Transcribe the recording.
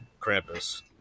Krampus